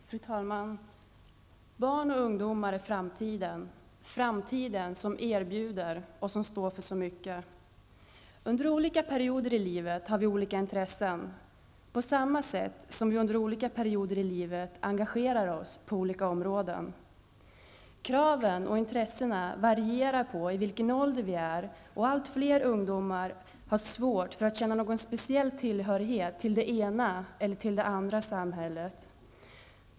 Fru talman! Barn och ungdomar är framtiden, framtiden som erbjuder och som står för så mycket. Under olika perioder i livet har vi olika intressen, på samma sätt som vi under olika perioder i livet engagerar oss på olika områden. Kraven och intressena varierar beroende på i vilken ålder vi är, och allt fler ungdomar har svårt att känna någon speciell tillhörighet till det ena eller det andra i samhället.